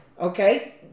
Okay